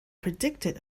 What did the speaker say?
predicted